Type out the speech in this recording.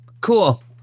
Cool